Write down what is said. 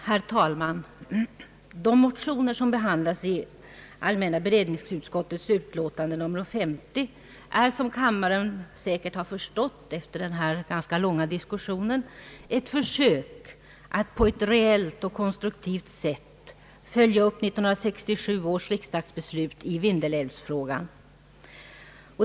Herr talman! De motioner som behandlas i allmänna beredningsutskottets utlåtande nr 50 är, som kammaren säkert har förstått efter den här ganska långa diskussionen, ett försök att på ett reellt och konstruktivt sätt följa upp 1967 års riksdagsbeslut i vindelälvsfrågan.